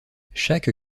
chaque